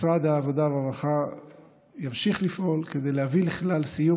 משרד העבודה והרווחה ימשיך לפעול כדי להביא לכלל סיום